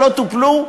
שלא טופלו?